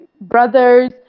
brothers